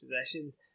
possessions